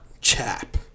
chap